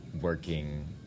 working